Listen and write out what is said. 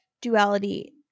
duality